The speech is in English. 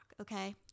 okay